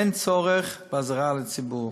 אין צורך באזהרה לציבור.